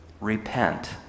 Repent